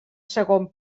segon